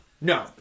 No